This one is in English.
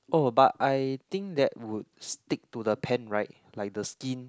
oh but I think that would stick to the pan right like the skin